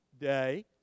day